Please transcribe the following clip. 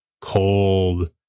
cold